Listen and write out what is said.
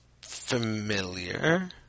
familiar